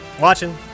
watching